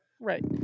right